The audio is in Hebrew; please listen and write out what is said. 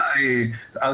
בבקשה, אדוני.